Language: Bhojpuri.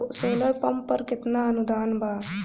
सोलर पंप पर केतना अनुदान बा?